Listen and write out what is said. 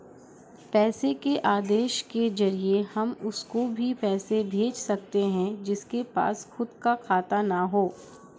पैसे के आदेश के जरिए हम उसको भी पैसे भेज सकते है जिसके पास खुद का खाता ना हो